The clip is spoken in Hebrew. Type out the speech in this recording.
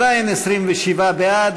עדיין 27 בעד,